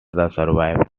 survived